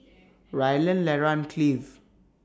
Rylan Lera and Cleave